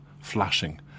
flashing